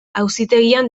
auzitegian